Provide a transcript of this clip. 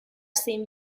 zein